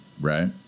Right